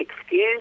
excuse